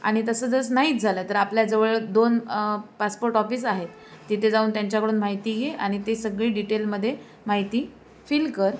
आणि तसं जस नाहीच झालं तर आपल्याजवळ दोन पासपोर्ट ऑफिस आहेत तिथे जाऊन त्यांच्याकडून माहिती घे आणि ते सगळी डिटेलमध्ये माहिती फिल कर